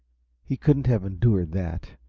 he couldn't have endured that.